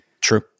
true